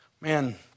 Man